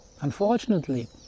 Unfortunately